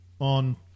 on